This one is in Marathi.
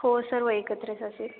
हो सर्व एकत्रच असेल